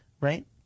right